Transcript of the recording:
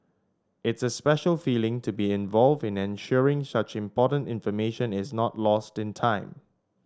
it's a special feeling to be involved in ensuring such important information is not lost in time